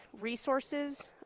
resources